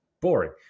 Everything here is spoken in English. Boring